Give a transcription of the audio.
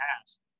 past